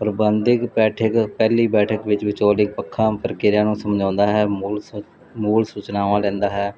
ਪ੍ਰਬੰਧਕ ਬੈਠਕ ਪਹਿਲੀ ਬੈਠਕ ਵਿੱਚ ਵਿਚੋਲਿਕ ਪੱਖਾ ਪ੍ਰਕਿਰਿਆ ਨੂੰ ਸਮਝਾਉਂਦਾ ਹੈ ਮੂਲ ਸੂ ਮੂਲ ਸੂਚਨਾਵਾਂ ਲੈਂਦਾ ਹੈ